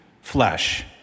flesh